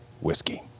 whiskey